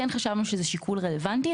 חשבנו שזה שיקול רלוונטי.